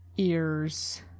ears